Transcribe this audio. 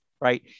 right